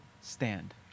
stand